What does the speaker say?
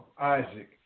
Isaac